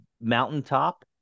mountaintop